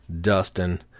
Dustin